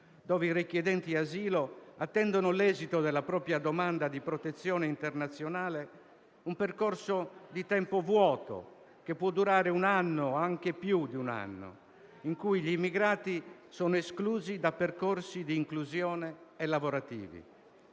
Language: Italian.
dove i richiedenti asilo attendono l'esito della propria domanda di protezione internazionale: un percorso di tempo vuoto, che può durare un anno o anche più, in cui gli immigrati sono esclusi da percorsi di inclusione e lavorativi.